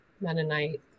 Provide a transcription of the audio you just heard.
Mennonite